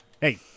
hey